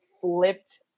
flipped